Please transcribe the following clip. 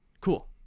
Cool